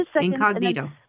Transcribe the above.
incognito